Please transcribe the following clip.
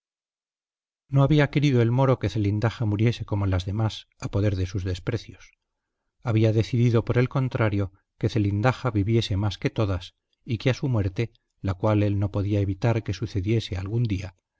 no había querido el moro que zelindaja muriese como las demás a poder de sus desprecios había decidido por el contrario que zelindaja viviese más que todas y que a su muerte la cual él no podía evitar que sucediese algún día